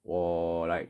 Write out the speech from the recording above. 我 like